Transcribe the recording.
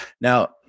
Now